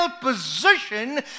position